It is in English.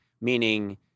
Meaning